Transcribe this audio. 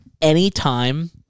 Anytime